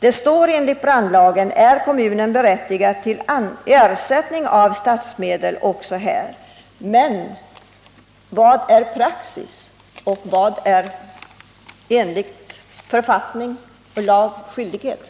Vad är praxis och vilken är kommunens skyldighet enligt lagen och författningen?